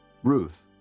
Ruth